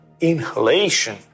inhalation